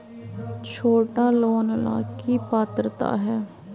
छोटा लोन ला की पात्रता है?